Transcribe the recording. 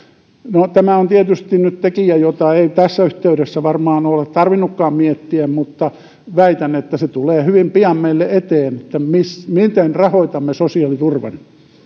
no tämä on tietysti nyt tekijä jota ei tässä yhteydessä varmaan ole tarvinnutkaan miettiä mutta väitän että se tulee hyvin pian meille eteen miten rahoitamme sosiaaliturvan